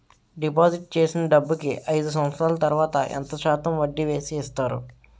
Deposit చేసిన డబ్బుకి అయిదు సంవత్సరాల తర్వాత ఎంత శాతం వడ్డీ వేసి ఇస్తారు?